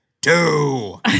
two